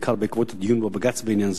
בעיקר בעקבות הדיון בבג"ץ בעניין זה,